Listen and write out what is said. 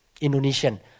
Indonesian